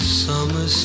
summer